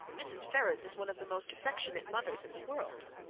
mrs. ferrars is one of the most affectionate mothers in the world.